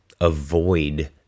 avoid